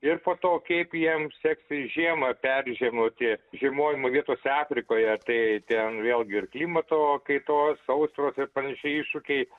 ir po to kaip jiem seksis žiemą peržiemoti žiemojimo vietose afrikoje tai ten vėlgi ir klimato kaitos sausros ir panašiai iššūkiai